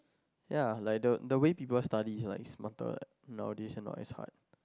ya like the the way people study is smarter nowadays and not as hard